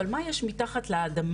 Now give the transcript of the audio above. אבל מה יש מתחת לאדמה,